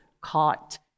caught